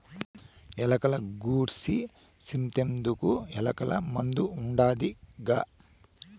ఎలక గూర్సి సింతెందుకు, ఎలకల మందు ఉండాదిగా